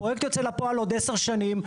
הפרויקט יוצא לפועל עוד עשר שנים.